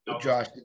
Josh